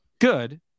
Good